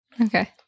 Okay